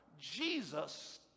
Jesus